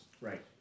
Right